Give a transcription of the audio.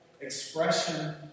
expression